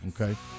Okay